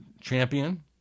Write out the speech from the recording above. champion